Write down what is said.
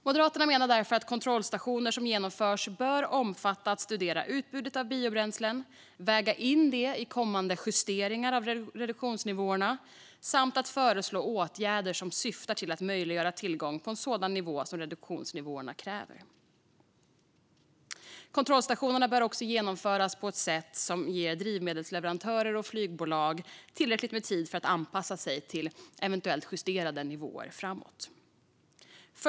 Moderaterna menar därför att kontrollstationer som genomförs bör omfatta att studera utbudet av biobränslen, väga in det i kommande justeringar av reduktionsnivåerna samt föreslå åtgärder som syftar till att möjliggöra tillgång på en sådan nivå som reduktionsnivåerna kräver. Kontrollstationerna bör också genomföras på ett sätt som ger drivmedelsleverantörer och flygbolag tillräckligt med tid för att anpassa sig till eventuellt justerade nivåer framåt.